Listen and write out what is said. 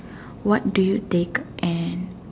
what do you take and